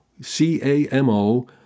C-A-M-O